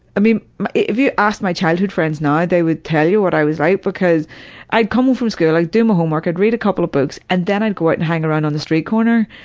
i mean if you asked my childhood friends now they would tell you what i was like, because i'd come home from school, i'd do my homework, i'd read a couple of books, and then i'd go out and hang around on the street corner,